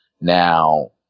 now